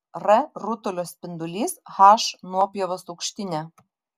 r rutulio spindulys h nuopjovos aukštinė